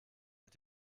mit